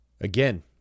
again